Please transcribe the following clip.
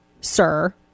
sir